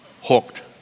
Hooked